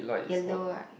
yellow right